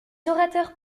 orateurs